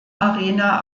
arena